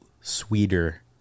sweeter